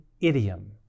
idiom